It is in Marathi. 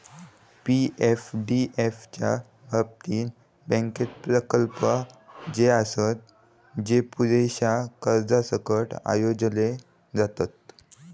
पी.एफडीएफ च्या बाबतीत, बँकेत प्रकल्प जे आसत, जे पुरेशा कर्जासकट आयोजले जातत